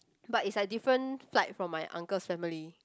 but it's like different flight from my uncle's family